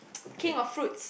king of fruits